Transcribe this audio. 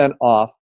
off